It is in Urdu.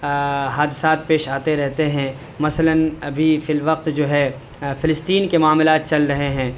حادثات پیش آتے رہتے ہیں مثلاً ابھی فی الوقت جو ہے فلسطین کے معاملات چل رہے ہیں